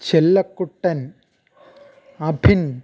Chellakuttan Abhin